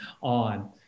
on